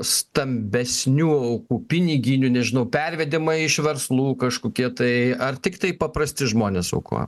stambesnių aukų piniginių nežinau pervedimai iš verslų kažkokie tai ar tiktai paprasti žmonės aukojo